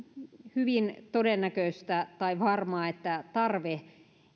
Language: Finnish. hyvin todennäköistä tai varmaa että tarve